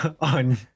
on